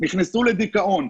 נכנסו לדיכאון.